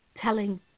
telling